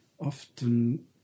often